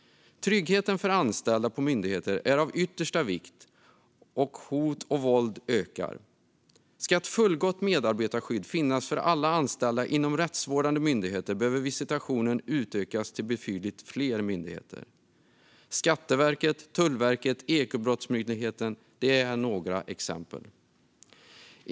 Tryggheten för anställda på myndigheter är av yttersta vikt, och hot och våld ökar. Ska ett fullgott medarbetarskydd finnas för alla anställda inom rättsvårdande myndigheter behöver visitationen utökas till betydligt fler myndigheter. Skatteverket, Tullverket och Ekobrottsmyndigheten är några exempel.